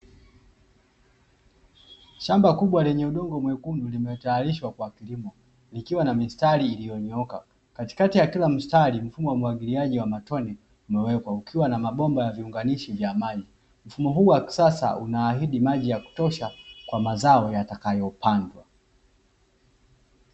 Shamba kubwa lenye udongo mwekundu limetayarishwa kwa kilimo, likiwa na mistari iliyonyooka. Katikati ya kila mstari, mfumo wa umwagiliaji wa matone umewekwa ukiwa na mabomba ya viunganishi vya maji. Mfumo huu wa kisasa unaahidi maji ya kutosha kwa mazao yatakayopandwa.